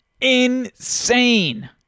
insane